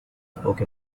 spoke